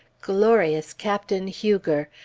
glorious captain huger!